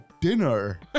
dinner